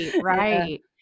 right